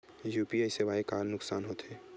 UPI सेवाएं के का नुकसान हो थे?